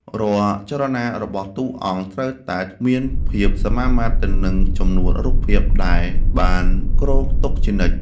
រាល់ចលនារបស់តួអង្គត្រូវតែមានភាពសមាមាត្រទៅនឹងចំនួនរូបភាពដែលបានគ្រោងទុកជានិច្ច។